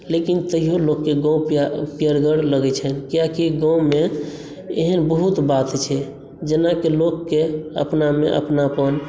लेकिन तैओ लोककेँ गाँव किया प्रियगर लगैत छनि कियाकि गाँवमे एहन बहुत बात छै जेनाकि लोककेँ अपनामे अपनापन